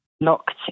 locked